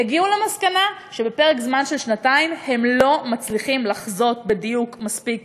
הגיעו למסקנה שבפרק זמן של שנתיים הם לא מצליחים לחזות בדיוק מספיק